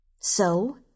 So